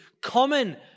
common